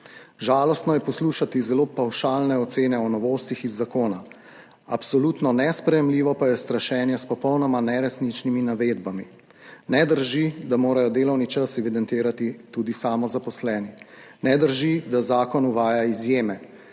Žalostno je poslušati zelo pavšalne ocene o novostih iz zakona, absolutno nesprejemljivo pa je strašenje s popolnoma neresničnimi navedbami. Ne drži, da morajo delovni čas evidentirati tudi samozaposleni. Ne drži, da zakon uvaja izjeme.